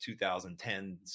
2010s